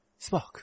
Spock